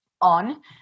on